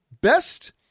best